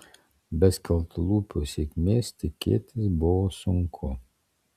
be skeltalūpio sėkmės tikėtis buvo sunku